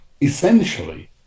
essentially